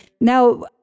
Now